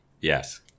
Yes